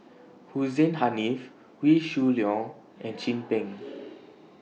Hussein Haniff Wee Shoo Leong and Chin Peng